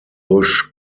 bush